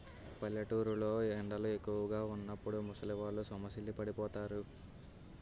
పల్లెటూరు లో ఎండలు ఎక్కువుగా వున్నప్పుడు ముసలివాళ్ళు సొమ్మసిల్లి పడిపోతారు